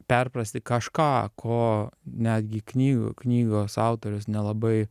perprasti kažką ko netgi knygų knygos autorius nelabai